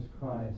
Christ